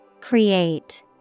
Create